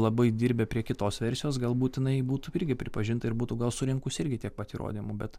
labai dirbę prie kitos versijos gal būt jinai būtų irgi pripažinta ir būtų gal surinkus irgi tiek pat įrodymų bet